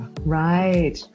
Right